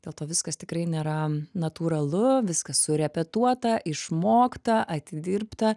dėl to viskas tikrai nėra natūralu viskas surepetuota išmokta atidirbta